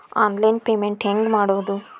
Online payment ಹೆಂಗ್ ಮಾಡೋದು?